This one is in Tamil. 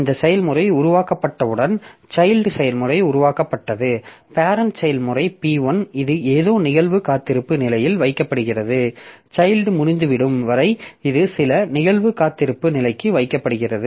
இந்த செயல்முறை உருவாக்கப்பட்டவுடன் சைல்ட் செயல்முறை உருவாக்கப்பட்டது பேரெண்ட் செயல்முறை P1 இது ஏதோ நிகழ்வு காத்திருப்பு நிலையில் வைக்கப்படுகிறது சைல்ட் முடிந்துவிடும் வரை இது சில நிகழ்வு காத்திருப்பு நிலைக்கு வைக்கப்படுகிறது